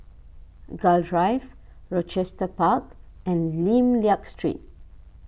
Gul Drive Rochester Park and Lim Liak Street